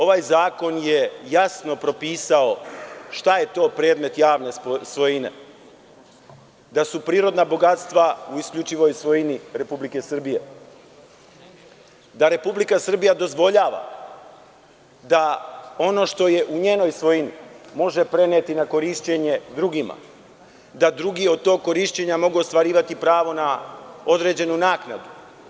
Ovaj zakon je jasno propisao šta je to predmet javne svojine, da su prirodna bogatstva u isključivoj svojini Republike Srbije, da Republika Srbija dozvoljava da ono što je u njenoj svojini, može preneti na korišćenje drugima, da drugi od tog korišćenja mogu ostvarivati pravo na određenu naknadu.